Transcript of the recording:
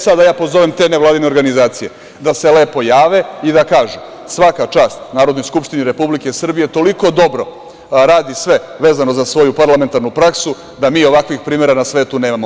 Sada da ja pozovem te nevladine organizacije da se lepo jave i da kažu – svaka čast Narodnoj skupštini Republike Srbije, toliko dobro radi sve vezano za svoju parlamentarnu praksu da mi ovakvih primera na svetu nemamo.